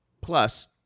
Plus